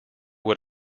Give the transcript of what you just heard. what